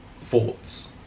Thoughts